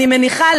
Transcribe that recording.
אני מניחה,